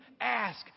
ask